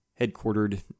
headquartered